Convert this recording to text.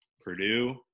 Purdue